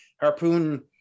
Harpoon